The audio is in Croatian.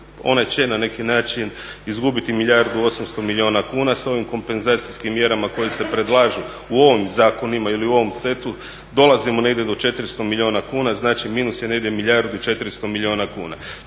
one na neki način izgubiti milijardu 800 milijuna kuna, s ovim kompenzacijskim mjerama koje se predlažu u ovim zakonima ili u ovom setu dolazimo negdje do 400 milijuna kuna, znači minus je negdje milijardu i 400 milijuna kuna.